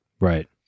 Right